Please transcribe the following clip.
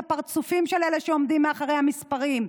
הפרצופים של אלה שעומדים מאחורי המספרים.